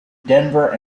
denver